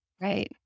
Right